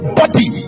body